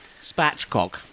Spatchcock